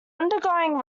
undergoing